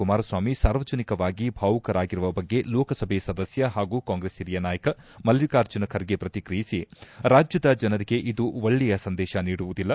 ಕುಮಾರಸ್ವಾಮಿ ಸಾರ್ವಜನಿಕವಾಗಿ ಬಾವುಕರಾಗಿರುವ ಬಗ್ಗೆ ಲೋಕಸಭೆ ಸದಸ್ಯ ಹಾಗೂ ಕಾಂಗ್ರೆಸ್ ಹಿರಿಯ ನಾಯಕ ಮಲ್ಲಿಕಾರ್ಜುನ್ ಖರ್ಗೆ ಪ್ರತಿಕ್ರಿಯಿಸಿ ರಾಜ್ಯದ ಜನರಿಗೆ ಇದು ಒಳ್ಳೇಯ ಸಂದೇಶ ನೀಡುವುದಿಲ್ಲ